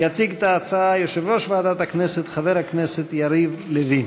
יציג את ההצעה יושב-ראש ועדת הכנסת חבר הכנסת יריב לוין.